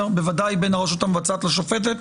בוודאי בין הרשות המבצעת לשופטת,